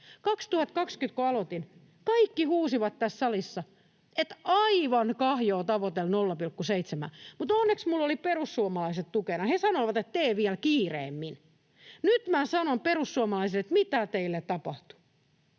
puhemies — kaikki huusivat tässä salissa, että aivan kahjoa tavoitella 0,7:ää, mutta onneksi minulla olivat perussuomalaiset tukena. He sanoivat, että tee vielä kiireemmin. Nyt minä sanon, perussuomalaiset, että mitä teille on tapahtunut.